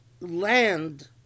land